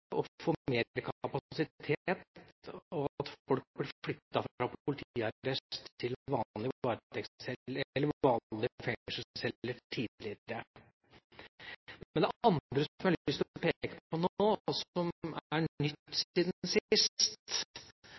å få mer kapasitet, og slik at folk blir flyttet fra politiarrest til vanlige fengselsceller tidligere. Det andre som jeg har lyst til å peke på, og som er nytt siden sist,